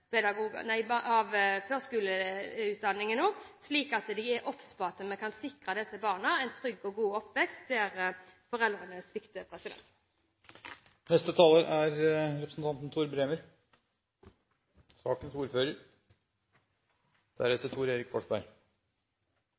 slik at de er obs på og kan sikre disse barna en trygg og god oppvekst der foreldrene svikter. Det er